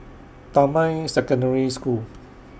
Damai Secondary School